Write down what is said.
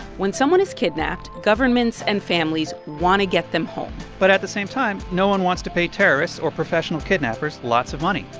when someone is kidnapped, governments and families want to get them home but at the same time, no one wants to pay terrorists or professional kidnappers lots of money.